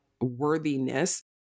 worthiness